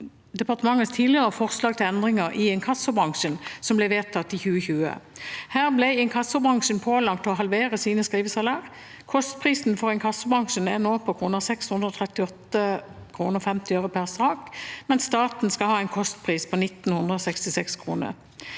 departementets tidligere forslag til endringer i inkassobransjen, som ble vedtatt i 2020. Her ble inkassobransjen pålagt å halvere sine skrivesalær. Kostprisen for inkassobransjen er nå på 638,50 kr per sak, mens staten skal ha en kostpris på 1 966 kr.